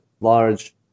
large